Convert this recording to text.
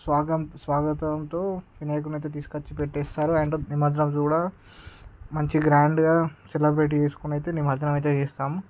స్వాగం స్వాగతంతో వినాయకునైతే తీసుకొచ్చి పెట్టేస్తారు అండ్ నిమజ్జనం రోజు కూడా మంచి గ్రాండ్గా సెలబ్రేట్ చేసుకొనైతే నిమజ్జనం అయితే చేస్తాం